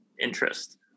interest